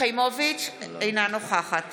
אינה נוכחת